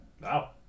wow